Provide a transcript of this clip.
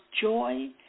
joy